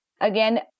again